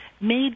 made